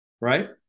right